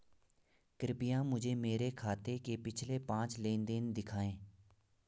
कृपया मुझे मेरे खाते के पिछले पांच लेन देन दिखाएं